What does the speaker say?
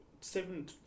seven